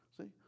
See